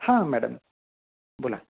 हां मॅडम बोला